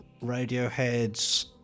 Radioheads